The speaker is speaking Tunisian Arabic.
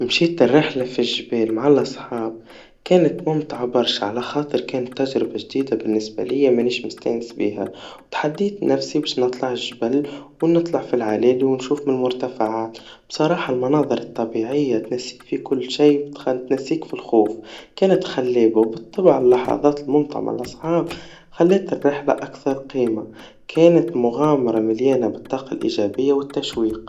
مشيت لرحلا في الجبال ممع الاصحاب, كانت ممتعا برشا, على خاطر كانت تجربا جديدا بالنسبا ليا منيش مستأنس بيها, وتحديت نفسي نطلع الجبل, ونطلع في العلالي ونشوف المرتفعات, بصراحا المناظر الطبيعيا تنسيك في كل شي, وتخل- وتنسيك في الخوف, كانت خلابا وبالطبع اللحظات الممتعا مع الاصحاب, خلت الرحلا أكثر قيما, كانت مغامرا مليانا بالطاقا الإيجابيا والتشويق.